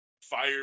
fire